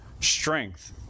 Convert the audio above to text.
strength